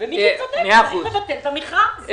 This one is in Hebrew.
צריך לבטל את המכרז.